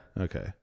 Okay